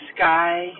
sky